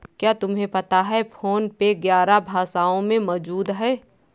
क्या तुम्हें पता है फोन पे ग्यारह भाषाओं में मौजूद है?